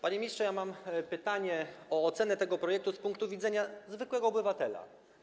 Panie ministrze, mam pytanie o ocenę tego projektu z punktu widzenia zwykłego obywatela.